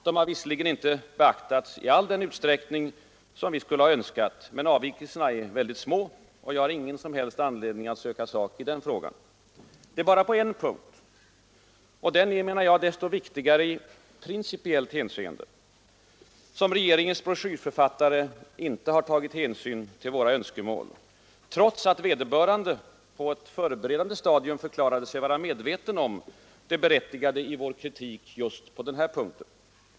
De har visserligen inte beaktats i den utsträckning som vi skulle ha önskat, men avvikelserna är väldigt små, och jag har ingen som helst anledning att söka sak i den frågan. Det är bara på en punkt — och den är desto viktigare i principiellt hänseende — som regeringens broschyrförfattare inte har tagit hänsyn till våra önskemål, trots att vederbörande på ett förberedande stadium förklarade sig vara medvetna om det berättigade i vår kritik just på den punkten.